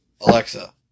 Alexa